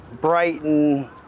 Brighton